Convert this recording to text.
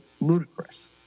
ludicrous